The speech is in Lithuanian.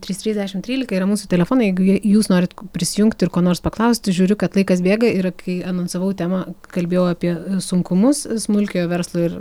trys trys dešimt trylika yra mūsų telefonai jegu jūs norit prisijungti ir ko nors paklausti žiūriu kad laikas bėga ir kai anonsavau temą kalbėjau apie sunkumus smulkiojo verslo ir